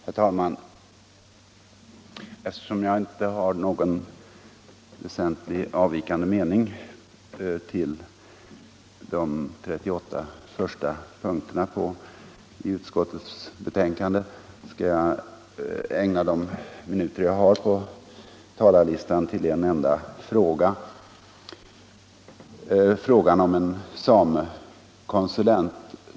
Herr talman! Eftersom jag inte har någon väsentligt avvikande mening när det gäller de 38 första punkterna i utskottets betänkande skall jag ägna de minuter jag har tecknat mig för på talarlistan åt en enda fråga, frågan om en samekonsulent.